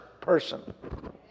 person